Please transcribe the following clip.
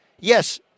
Yes